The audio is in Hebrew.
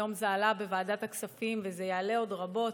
היום זה עלה בוועדת הכספים וזה יעלה עוד רבות.